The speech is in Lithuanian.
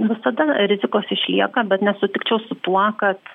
visada rizikos išlieka bet nesutikčiau su tuo kad